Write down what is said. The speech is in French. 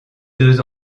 deux